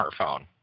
smartphone